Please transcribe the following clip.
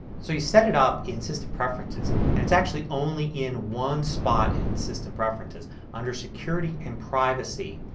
so you set it up in system preferences. and it's actually only in one spot in system preferences under security and privacy.